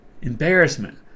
Embarrassment